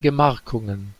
gemarkungen